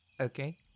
Okay